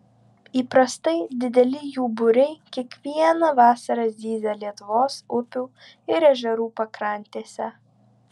įprastai dideli jų būriai kiekvieną vasarą zyzia lietuvos upių ir ežerų pakrantėse